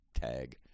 Tag